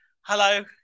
Hello